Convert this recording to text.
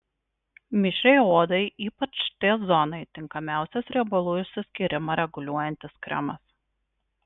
mišriai odai ypač t zonai tinkamiausias riebalų išsiskyrimą reguliuojantis kremas